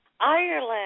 Ireland